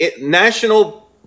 national